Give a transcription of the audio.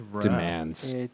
demands